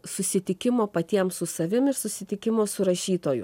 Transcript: susitikimo patiems su savim ir susitikimo su rašytoju